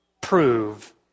prove